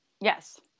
Yes